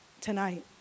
tonight